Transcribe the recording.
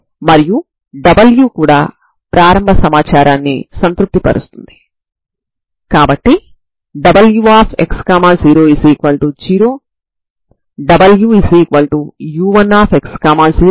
కాబట్టి ఇది అన్ని నియమాలను సంతృప్తి పరిచే పరిష్కారం అవుతుంది